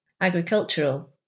agricultural